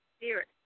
Spirit